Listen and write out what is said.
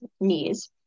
Knees